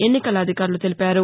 ఎన్నికల అధికారులు తెలిపారు